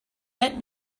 let